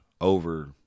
over